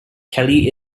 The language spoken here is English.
kelly